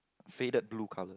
faded blue colour